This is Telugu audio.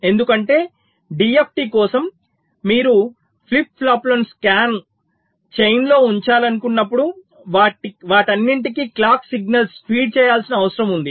ఎందుకంటే DFT కోసం మీరు ఫ్లిప్ ఫ్లాప్లను స్కాన్ చైన్లో ఉంచాలనుకున్నప్పుడు వాటన్నింటికీ క్లాక్ సిగ్నల్ను ఫీడ్ చేయాల్సిన అవసరం ఉంది